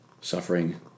suffering